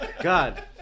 God